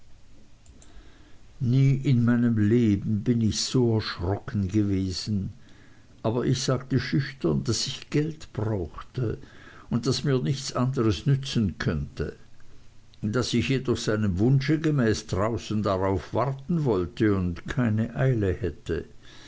nie in meinem leben bin ich so erschrocken gewesen aber ich sagte schüchtern daß ich geld brauchte und daß mir nichts anderes nützen könnte daß ich jedoch seinem wunsch gemäß draußen darauf warten wollte und keine eile hätte